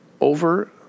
over